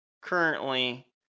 currently